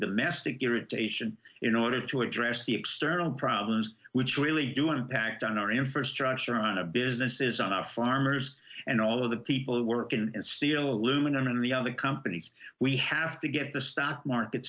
domestic irritation in order to address the external problems which really do want to back down our infrastructure on a business is on our farmers and all of the people who work and still aluminum and the other companies we have to get the stock market